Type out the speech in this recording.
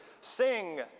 sing